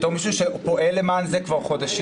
בתור מי שפועל למען זה כבר חודשים,